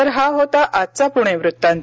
तर हा होता आजचा पुणे वृत्तांत